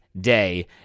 day